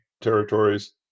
territories